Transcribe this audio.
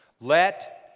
Let